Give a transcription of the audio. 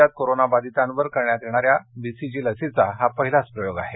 राज्यात कोरोनाबाधितावर करण्यात येणार्याज बीसीजी लसीचा हा पहिलाच प्रयोग आहे